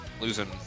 losing